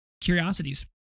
curiosities